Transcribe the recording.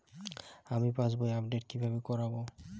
আমি পাসবই আপডেট কিভাবে করাব?